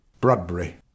Bradbury